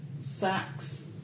sacks